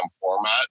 format